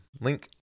link